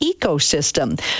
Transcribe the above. ecosystem